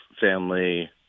family